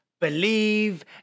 believe